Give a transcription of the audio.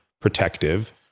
protective